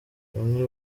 bamwe